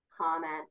comment